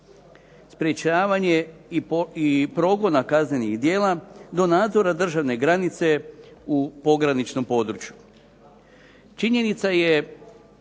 sprečavanje i progona kaznenih djela do nadzora državne granice u pograničnom području. Činjenica je